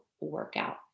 workout